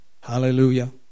Hallelujah